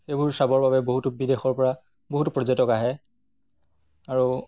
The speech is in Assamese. সেইবোৰ চাবৰ বাবে বহুতো বিদেশৰপৰা বহুতো পৰ্যটক আহে আৰু